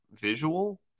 visual